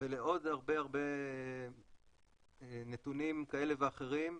ולעוד הרבה הרבה נתונים כאלה ואחרים,